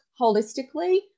holistically